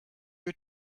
you